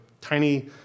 tiny